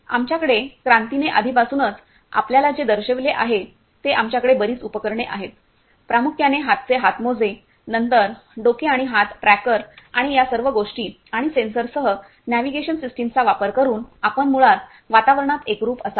आमच्याकडे क्रांतीने आधीपासूनच आपल्याला जे दर्शविले आहे ते आमच्याकडे बरीच उपकरणे आहेत प्रामुख्याने हातचे हातमोजे नंतर डोके आणि हात ट्रॅकर आणि त्या सर्व गोष्टी आणि सेन्सरसह नेव्हिगेशन सिस्टमचा वापर करून आपण मुळात वातावरणात एकरूप असाल